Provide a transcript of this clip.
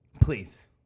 Please